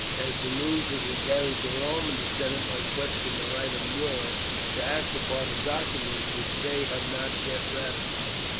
as the news would be carried to rome, and the senate might question the right of muro to act upon a document which they have not yet ratified.